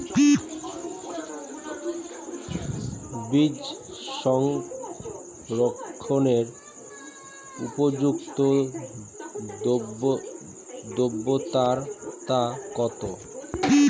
বীজ সংরক্ষণের উপযুক্ত আদ্রতা কত?